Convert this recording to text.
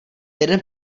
jeden